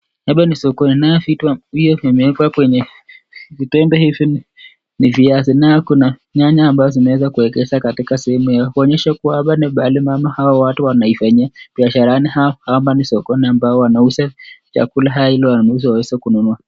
Hapa ni sokoni nayo kuna vitu ameweka kwenye ni viazi naye kuna nyanya ambazo zimeza kuegeshwa katika sehemu yao kuonyesha katika hapa ni mahali hawa watu kuifanyia biasharabkuwa hapa ni sokoni ambao wanauza chakula haya ili wanunuzi waweze kununua.